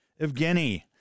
Evgeny